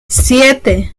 siete